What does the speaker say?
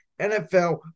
NFL